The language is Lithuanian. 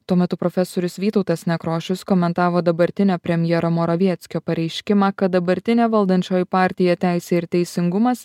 tuo metu profesorius vytautas nekrošius komentavo dabartinio premjero moravieckio pareiškimą kad dabartinė valdančioji partija teisė ir teisingumas